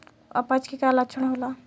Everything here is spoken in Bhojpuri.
अपच के का लक्षण होला?